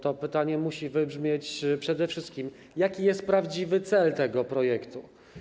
To pytanie musi wybrzmieć przede wszystkim: Jaki jest prawdziwy cel tego projektu?